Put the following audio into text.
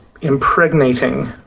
impregnating